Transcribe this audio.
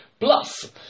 Plus